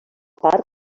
part